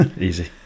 easy